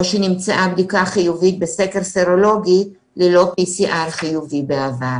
שנמצא בדיקה חיובית בסקר סרולוגי ללא PCR חיובי בעבר.